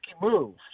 move